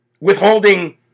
withholding